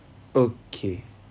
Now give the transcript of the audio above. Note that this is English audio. okay